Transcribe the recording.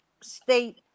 state